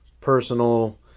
personal